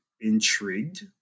intrigued